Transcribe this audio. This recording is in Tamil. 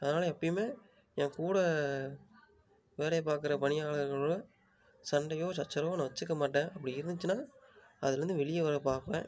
அதனால எப்பயுமே என் கூட வேலைய பார்க்குற பணியாளர்களோடய சண்டையோ சச்சரவோ நான் வச்சிக்க மாட்டேன் அப்படி இருந்துச்சின்னால் அதில் இருந்து வெளியே வர பார்ப்பேன்